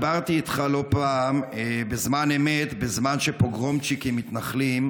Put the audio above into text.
דיברתי איתך לא פעם בזמן אמת בזמן שפוגרומצ'יקים מתנחלים,